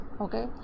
okay